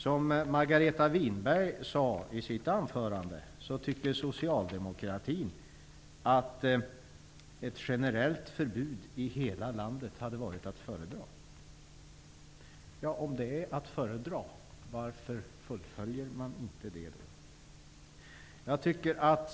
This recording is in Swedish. Som Margareta Winberg sade i sitt anförande tycker socialdemokratin att ett generellt förbud i hela landet hade varit att föredra. Om det är att föredra, varför fullföljer man inte det då?